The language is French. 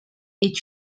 est